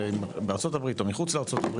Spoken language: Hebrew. בארצות הברית או מחוצה לה,